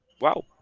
Wow